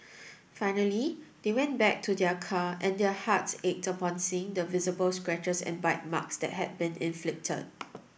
finally they went back to their car and their hearts ached upon seeing the visible scratches and bite marks that had been inflicted